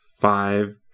five